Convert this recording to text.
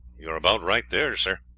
you are about right there, sir.